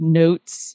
notes